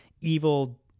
evil